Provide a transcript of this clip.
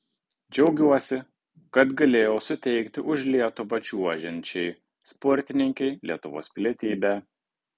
džiaugiuosi kad galėjau suteikti už lietuvą čiuožiančiai sportininkei lietuvos pilietybę